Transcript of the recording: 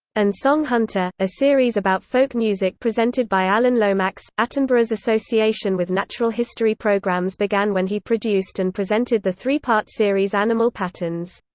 and song hunter, a series about folk music presented by alan lomax attenborough's association with natural history programmes began when he produced and presented the three-part series animal patterns.